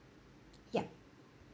yup